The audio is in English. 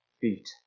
feet